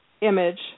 image